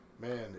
man